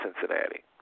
Cincinnati